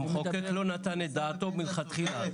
המחוקק לא נתן את דעתו מלכתחילה.